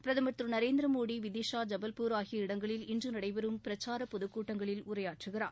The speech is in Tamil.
பிரதமர் திரு நரேந்திர மோடி விதிஷா ஜபல்பூர் ஆகிய இடங்களில் இன்று நடைபெறும் பிரச்சார பொதுக் கூட்டங்களில் உரையாற்றுகிறார்